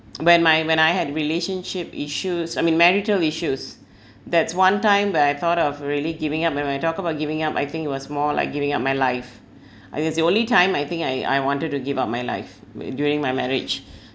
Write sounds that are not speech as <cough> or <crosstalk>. when my when I had relationship issues I mean marital issues <breath> that's one time where I thought of really giving up when I talk about giving up I think it was more like giving up my life <breath> and it's the only time I think I I wanted to give up my life whe~ during my marriage <breath>